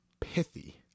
pithy